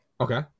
Okay